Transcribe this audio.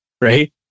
Right